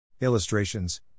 Illustrations